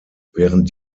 während